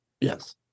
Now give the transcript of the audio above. Yes